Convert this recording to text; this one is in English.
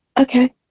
okay